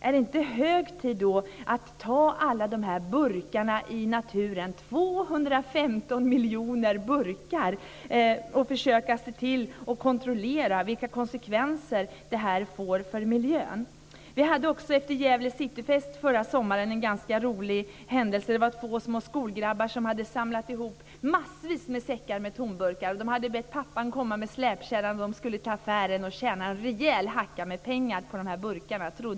Är det inte hög tid att ta alla burkarna i naturen, 215 miljoner burkar, och försöka se till att kontrollera vilka konsekvenser som detta får för miljön? Efter Gävles cityfest förra sommaren var det en ganska rolig händelse. Det var två små skolgrabbar som hade samlat ihop massvis med säckar med tomburkar, och de hade bett pappan komma med släpkärran för att åka till affären. De trodde att de skulle tjäna en rejäl hacka med pengar på burkarna.